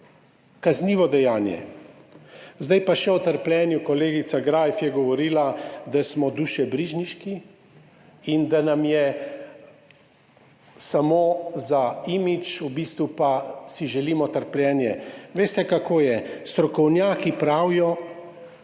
kaznivo dejanje. Zdaj pa še o trpljenju. Kolegica Greif je govorila, da smo dušebrižniški in da nam je samo za imidž, v bistvu pa si želimo trpljenje. Veste, kako je, strokovnjaki pravijo,